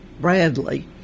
Bradley